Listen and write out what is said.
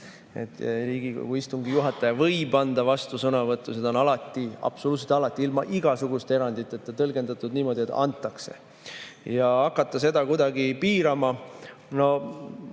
Riigikogu istungi juhataja võib anda vastusõnavõtu, on alati, absoluutselt alati ilma igasuguste eranditeta tõlgendatud niimoodi, et antakse. Hakata seda kuidagi piirama